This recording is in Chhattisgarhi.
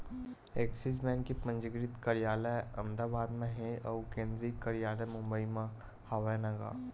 ऐक्सिस बेंक के पंजीकृत कारयालय अहमदाबाद म हे अउ केंद्रीय कारयालय मुबई म हवय न गा